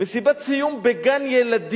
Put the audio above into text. מסיבת סיום בגן-ילדים.